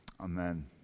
amen